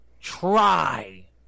try